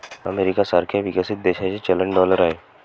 America सारख्या विकसित देशाचे चलन डॉलर आहे